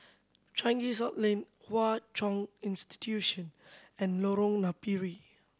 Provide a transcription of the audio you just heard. Changi South Leng Hwa Chong Institution and Lorong Napiri